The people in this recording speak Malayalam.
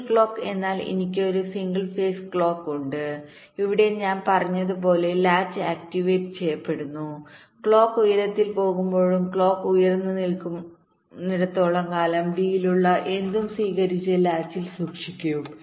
സിംഗിൾ ക്ലോക്ക് എന്നാൽ എനിക്ക് ഒരു സിംഗിൾ ഫേസ് ക്ലോക്ക് ഉണ്ട് ഇവിടെ ഞാൻ പറഞ്ഞതുപോലെ ലാച്ച് ആക്റ്റിവേറ്റ് ചെയ്യപ്പെടുന്നു ക്ലോക്ക് ഉയരത്തിൽ പോകുമ്പോഴും ക്ലോക്ക് ഉയർന്ന് നിൽക്കുന്നിടത്തോളം കാലം ഡിയിലുള്ള എന്തും സ്വീകരിച്ച് ലാച്ചിൽ സൂക്ഷിക്കും